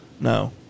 No